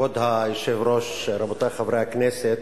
כבוד היושב-ראש, רבותי חברי הכנסת,